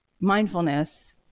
mindfulness